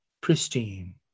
pristine